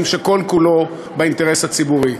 שכל-כולו באינטרס הציבורי.